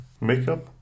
Makeup